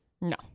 no